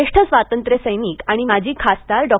ज्येष्ठ स्वातंत्र्यसैनिक आणि माजी खासदार डॉ